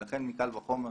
לכן מקל וחומר,